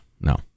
No